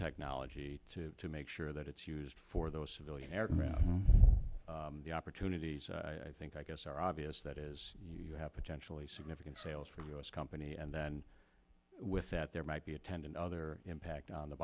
technology to make sure that it's used for those civilian aircraft the opportunities i think i guess are obvious that is you have potentially significant sales from u s company and then with that there might be attendant other impact on the